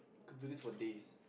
could do this for days